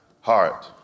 heart